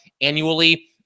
annually